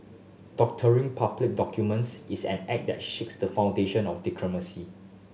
doctoring public documents is an act that shakes the foundation of democracy